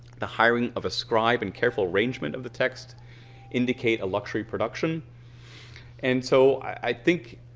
the hiring of a scribe and careful arrangement of the text indicate a luxury production and so i think